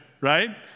right